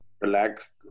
relaxed